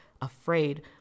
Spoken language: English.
afraid